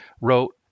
wrote